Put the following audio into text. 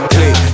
Click